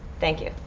thank you.